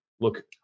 look